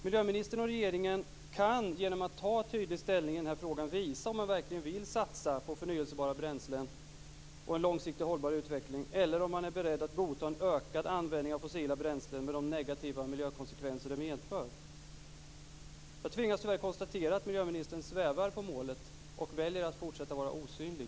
Miljöministern och regeringen kan, genom att ta tydlig ställning i den här frågan, visa om man verkligen vill satsa på förnybara bränslen och en långsiktigt hållbar utveckling eller om man är beredd att godta en ökad användning av fossila bränslen med de negativa miljökonsekvenser det medför. Jag tvingas tyvärr konstatera att miljöministern svävar på målet och väljer att fortsätta att vara osynlig.